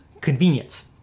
convenience